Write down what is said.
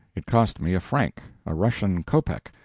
it cost me a franc, a russian kopek,